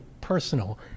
personal